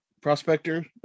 prospector